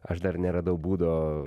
aš dar neradau būdo